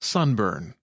Sunburn